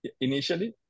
initially